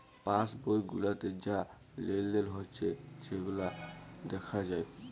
pass বই গুলাতে যা লেলদেল হচ্যে সেগুলা দ্যাখা যায়